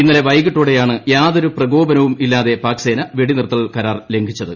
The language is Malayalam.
ഇന്നുള്ളിട്ട് വൈകിട്ടോടെയാണ് യാതൊരു പ്രകോപനവുമില്ലാതെ പ്ലാക്സേന വെടിനിർത്തൽ കരാർ ലംഘിച്ചത്